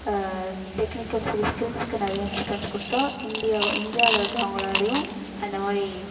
technical skills ஸ்கில்ஸ்க்கு நிறைய importance கொடுத்தா இந்தியாவை இந்தியாவில் இருக்கிறவங்களாலையும் அந்த மாதிரி